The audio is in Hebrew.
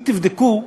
אם תבדקו,